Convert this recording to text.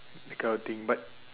that kind of thing but